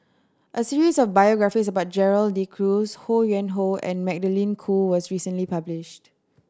a series of biographies about Gerald De Cruz Ho Yuen Hoe and Magdalene Khoo was recently published